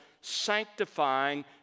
sanctifying